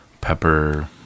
pepper